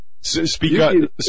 Speak